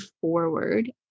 forward